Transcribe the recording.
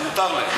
אז מותר להם,